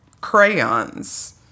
crayons